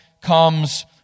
comes